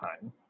time